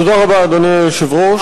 תודה רבה, אדוני היושב-ראש.